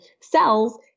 cells